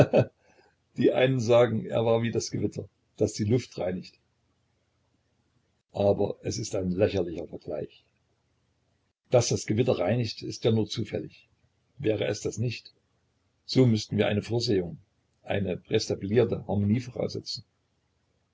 die einen sagen er war wie das gewitter das die luft reinigt aber es ist ein lächerlicher vergleich daß das gewitter reinigt ist ja nur zufällig wäre es das nicht so müßten wir eine vorsehung eine prästabilierte harmonie